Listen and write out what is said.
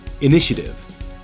Initiative